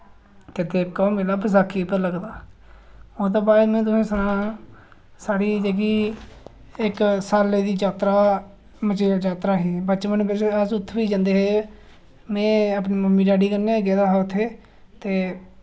ते देवका ओह् मेला बसाखी उप्पर लगदा ओह्दे बाद च में तुसें सना साढ़ी जेह्की इक साल्ले दी जात्रा मचेल जात्रा ही बचपन विच अस उत्थै बी जंदे हे में अपने मम्मी डैडी कन्नै गेदा हा उत्थै ते